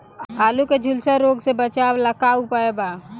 आलू के झुलसा रोग से बचाव ला का उपाय बा?